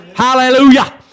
Hallelujah